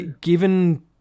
given